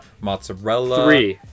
mozzarella